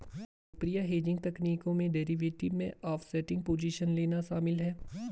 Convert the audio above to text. लोकप्रिय हेजिंग तकनीकों में डेरिवेटिव में ऑफसेटिंग पोजीशन लेना शामिल है